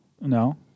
No